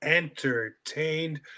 entertained